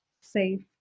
safe